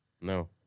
No